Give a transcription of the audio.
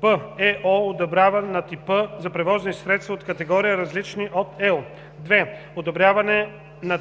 б) ЕО одобряване на типа – за превозни средства от категории, различни от L; 2. одобряване на